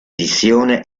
edizione